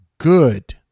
Good